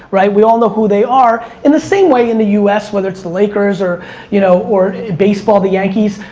right, we all know who they are, are, in the same way in the us whether it's the lakers or you know or baseball, the yankees,